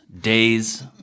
days